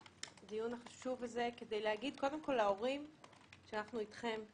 קודם כל כדי להגיד להורים שאנחנו אתכם.